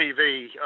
TV